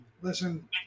Listen